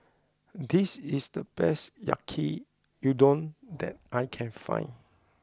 this is the best Yaki Udon that I can find